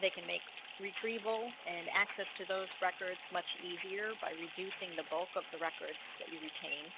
they can make retrieval and access to those records much easier by reducing the bulk of the records that you retain